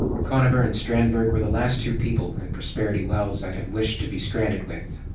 conover and stranberg were the last two people in prosperity wells i'd have wished to be stranded with.